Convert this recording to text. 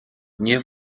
nie